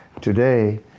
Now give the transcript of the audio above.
Today